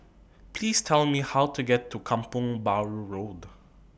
Please Tell Me How to get to Kampong Bahru Road